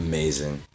Amazing